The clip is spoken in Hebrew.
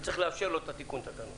וצריך לאפשר לו לתקן תקנות.